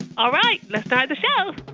all right, let's start the show